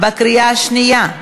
בקריאה שנייה.